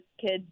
kids